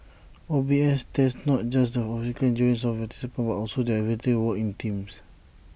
O B S tests not just the physical endurance of participants but also their ability to work in teams